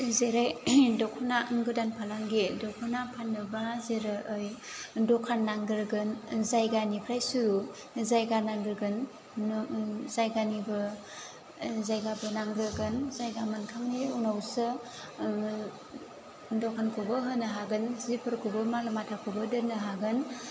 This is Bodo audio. जेरै दख'ना गोदान फालांगि दख'ना फान्नोबा जेरै दखान नांग्रोगोन जायगानिफ्राय सुरु जायगा नांग्रोगोन नु जायगानिबो जायगाबो नांग्रोगोन जायगा मोनखांनायनि उनावसो दखानखौबो होनो हागोन जिफोरखौबो माल माथाखौबो दोन्नो हागोन